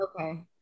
okay